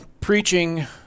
preaching